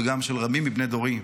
וגם של רבים מבני דורי.